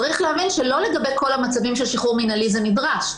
צריך להבין שלא לגבי כל המצבים של שחרור מינהלי זה נדרש.